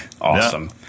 awesome